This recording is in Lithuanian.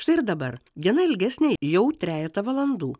štai ir dabar diena ilgesnė jau trejetą valandų